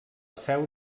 seu